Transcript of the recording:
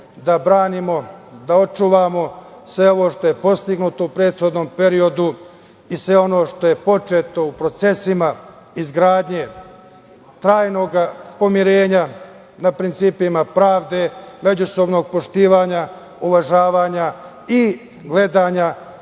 da branimo, da očuvamo sve ovo što je postignuto u prethodnom periodu i sve ono što je početo u procesima izgradnje trajnog pomirenja na principima pravde, međusobnog poštovanja, uvažavanja i gledanja